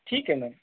ठीक है मैम